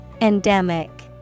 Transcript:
Endemic